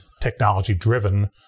technology-driven